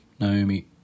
Naomi